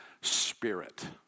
spirit